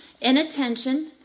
inattention